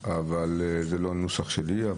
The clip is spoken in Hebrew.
ההסתייגויות, זה לא הנוסח שלי.